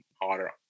harder